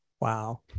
Wow